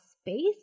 space